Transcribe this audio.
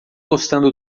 gostando